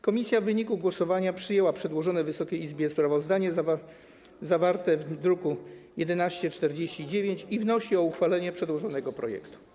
Komisja w wyniku głosowania przyjęła przedłożone Wysokiej Izbie sprawozdanie zawarte w druku nr 1149 i wnosi o uchwalenie przedłożonego projektu.